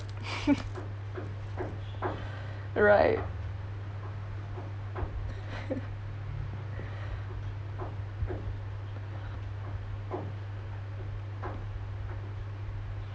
right